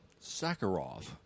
sakharov